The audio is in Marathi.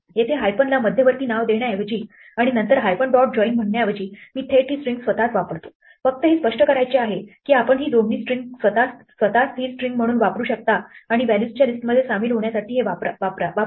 येथे हायफनला मध्यवर्ती नाव देण्याऐवजी आणि नंतर हायफन डॉट जॉईन म्हणण्याऐवजी मी थेट ही स्ट्रिंग स्वतःच वापरतो फक्त हे स्पष्ट करायचे आहे की आपण ही जोडणी स्ट्रिंग स्वतः स्थिर स्ट्रिंग म्हणून वापरू शकता आणि व्हॅल्यूजच्या लिस्टमध्ये सामील होण्यासाठी हे वापरा